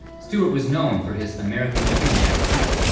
stewart was known for his american everyman appeal,